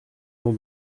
n’en